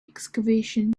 excavation